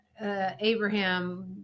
Abraham